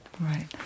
right